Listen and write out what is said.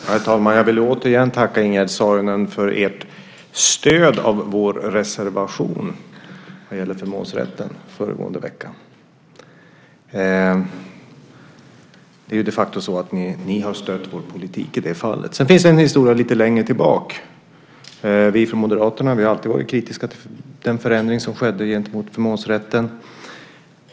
Herr talman! Jag vill återigen tacka Ingegerd Saarinen för ert stöd för vår reservation när det gällde förmånsrätten föregående vecka. Det är de facto så att ni har stött vår politik i det fallet. Sedan finns det en historia lite längre tillbaka. Vi från Moderaterna har alltid varit kritiska till den förändring som skedde i fråga om förmånsrätten.